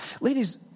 Ladies